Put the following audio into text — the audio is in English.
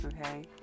Okay